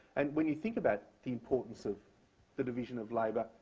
and when you think about the importance of the division of labor,